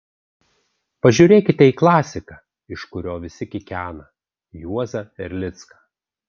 pažiūrėkite į klasiką iš kurio visi kikena juozą erlicką